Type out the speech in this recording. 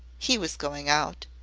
he was going out.